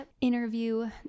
interview